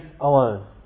alone